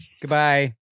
Goodbye